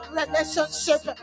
relationship